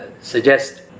suggest